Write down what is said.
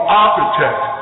architect